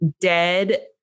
dead